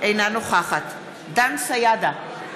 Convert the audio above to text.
אינה נוכחת דן סידה,